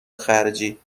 خرجی